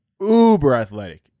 Uber-athletic